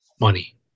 money